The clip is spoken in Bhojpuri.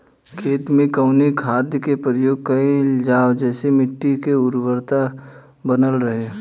खेत में कवने खाद्य के प्रयोग कइल जाव जेसे मिट्टी के उर्वरता बनल रहे?